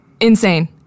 insane